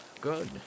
good